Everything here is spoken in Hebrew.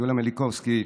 יוליה מלינובסקי,